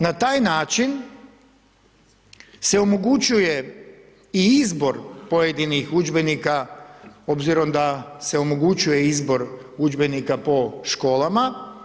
Na taj način, se omogućuje i izbor pojedinih udžbenika, obzirom da se omogućuje izbor udžbenika po školama.